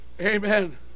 Amen